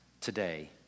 today